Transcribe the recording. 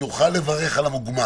שנוכל לברך על המוגמר.